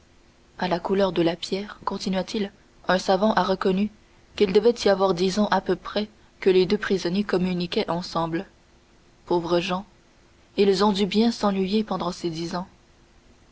à la couleur de la pierre continua-t-il un savant a reconnu qu'il devait y avoir dix ans à peu près que les deux prisonniers communiquaient ensemble pauvres gens ils ont dû bien s'ennuyer pendant ces dix ans